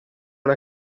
una